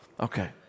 Okay